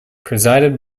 presided